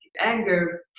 anger